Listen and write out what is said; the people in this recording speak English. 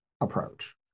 approach